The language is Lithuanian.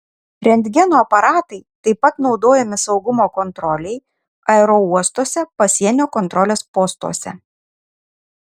rentgeno aparatai taip pat naudojami saugumo kontrolei aerouostuose pasienio kontrolės postuose